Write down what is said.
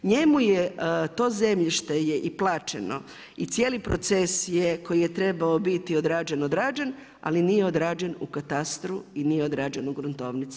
Njemu je to zemljište i plaćeno, i cijeli proces je koji je trebao biti odrađen, odrađen, ali nije odrađen u katastru i nije odrađen u gruntovnici.